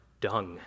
dung